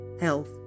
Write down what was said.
health